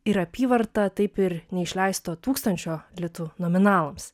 ir apyvarta taip ir neišleisto tūkstančio litų nominalams